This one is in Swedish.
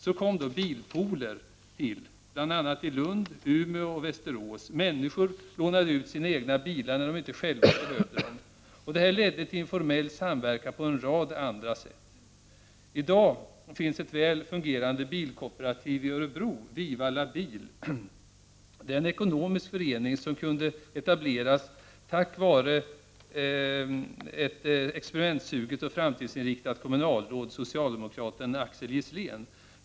Så kom bilpooler till, bl.a. i Lund, Umeå och Västerås. Människor lånade ut sina egna bilar när det inte själva behövde dem. Det här ledde till informell samverkan på en rad andra sätt. I dag finns ett väl fungerande bilkooperativ i Örebro, Vivalla Bil. Det är en ekonomisk förening som kunde etableras tack vare ett experimentsuget och framtidsinriktat kommunalråd, socialdemokraten Axel Gisslén.